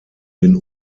den